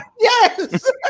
yes